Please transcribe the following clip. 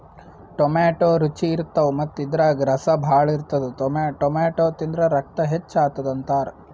tomato ರುಚಿ ಇರ್ತವ್ ಮತ್ತ್ ಇದ್ರಾಗ್ ರಸ ಭಾಳ್ ಇರ್ತದ್ ಟೊಮ್ಯಾಟೋ ತಿಂದ್ರ್ ರಕ್ತ ಹೆಚ್ಚ್ ಆತದ್ ಅಂತಾರ್